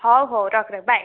ହଉ ହଉ ରଖ ରଖ ବାଏ